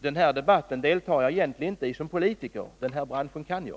Den här debatten deltar jag egentligen inte i som politiker — den här branschen kan jag.